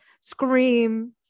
scream